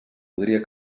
podria